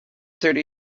thirty